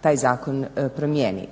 taj zakon promijeni.